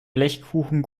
blechkuchen